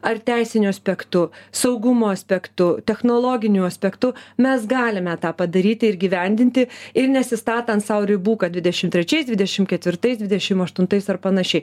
ar teisiniu aspektu saugumo aspektu technologiniu aspektu mes galime tą padaryti ir gyvendinti ir neatsistatant sau ribų kad dvidešim trečiais dvdiešim ketvirtais dvidešim aštuntais ar panašiai